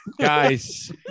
Guys